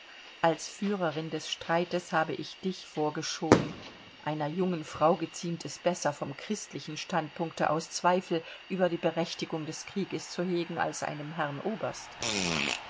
als führerin des streites habe ich dich vorgeschoben einer jungen frau geziemt es besser vom christlichen standpunkte aus zweifel über die berechtigung des krieges zu hegen als einem herrn oberst